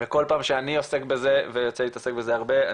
וכל פעם שאני עוסק בזה ויוצא לי להתעסק בזה הרבה,